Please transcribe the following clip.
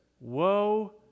woe